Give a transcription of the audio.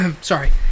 Sorry